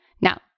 Now